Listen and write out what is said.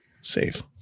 safe